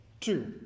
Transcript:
Two